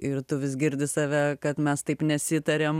ir tu vis girdi save kad mes taip nesitarėm